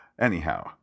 Anyhow